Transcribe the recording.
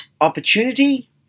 opportunity